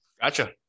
Gotcha